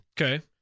Okay